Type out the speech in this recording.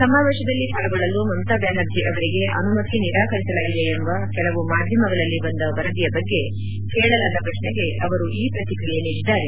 ಸಮಾವೇಶದಲ್ಲಿ ಪಾಲ್ಗೊಳ್ಲಲು ಮಮತಾ ಬ್ಲಾನರ್ಜಿ ಅವರಿಗೆ ಅನುಮತಿ ನಿರಾಕರಿಸಲಾಗಿದೆ ಎಂಬ ಕೆಲವು ಮಾಧ್ಯಮಗಳಲ್ಲಿ ಬಂದ ವರದಿಯ ಬಗ್ಗೆ ಕೇಳಲಾದ ಪ್ರಶೈಗೆ ಅವರು ಈ ಪ್ರತಿಕ್ರಿಯೆ ನೀಡಿದ್ಗಾರೆ